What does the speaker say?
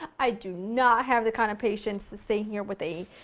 i do not have the kind of patience to stay here with a